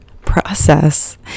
process